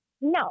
No